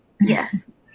Yes